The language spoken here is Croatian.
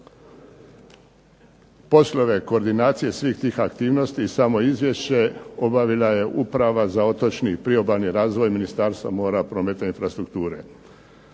Poslove koordinacije svih tih aktivnosti i samo izvješće obavila je Uprava za otočni i priobalni razvoj Ministarstva mora, prometa i infrastrukture.